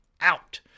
out